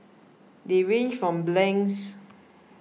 they range from blanks